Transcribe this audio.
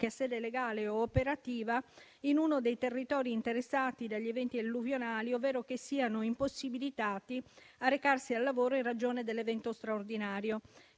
ha sede legale o operativa in uno dei territori interessati dagli eventi alluvionali, ovvero che siano impossibilitati a recarsi al lavoro in ragione dell'evento straordinario.